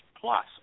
plus